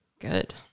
Good